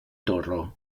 torró